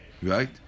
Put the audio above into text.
Right